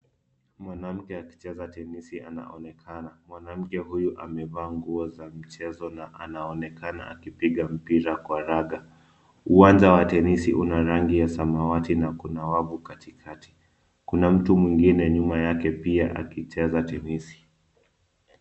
Mwanamke akicheza tenisi anaonekana. Mwanamke huyu amevaa nguo za michezo na anaonekana akipiga mpira kwa raga. Uwanja wa tenisi una rangi ya samawati na kuna wavu katikati. Kuna mtu mwingine nyuma yake pia akicheza tenisi.